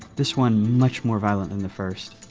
this one much more violent than the first.